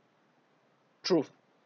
true